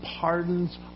pardons